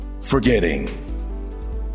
forgetting